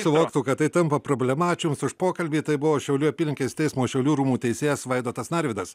suvoktų kad tai tampa problema ačiū jums už pokalbį tai buvo šiaulių apylinkės teismo šiaulių rūmų teisėjas vaidotas narvydas